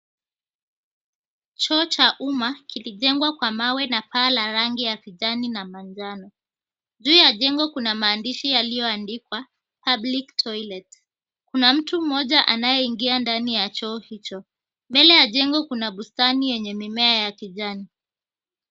Choo cha umma kilijengwa kwa mawe na paa la rangi ya manjano. Juu ya jengo kuna maandishi yaliyoandikwa, Public Toilet . Kuna mtu mmoja anayeingia ndani ya choo hicho mbele ya jengo kuna bustani yenye mimea ya kijani.